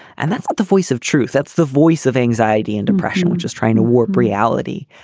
and that's the voice of truth. that's the voice of anxiety and depression we're just trying to warp reality.